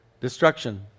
destruction